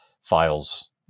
files